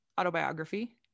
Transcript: autobiography